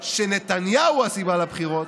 שנתניהו הוא הסיבה לבחירות